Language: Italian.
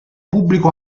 pubblico